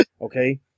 Okay